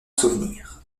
souvenir